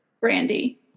Brandy